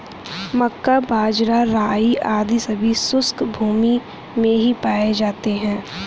मक्का, बाजरा, राई आदि सभी शुष्क भूमी में ही पाए जाते हैं